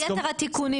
אז יתר התיקונים,